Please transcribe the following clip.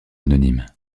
anonyme